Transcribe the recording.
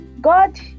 god